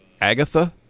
Agatha